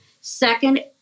Second